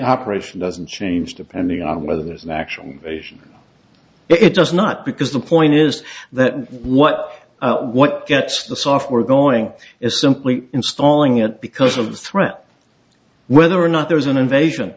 operation doesn't change depending on whether this man actually asian it does not because the point is that what what gets the software going is simply installing it because of the threat whether or not there is an invasion